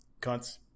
Cunts